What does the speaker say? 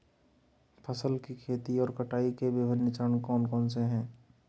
फसल की खेती और कटाई के विभिन्न चरण कौन कौनसे हैं?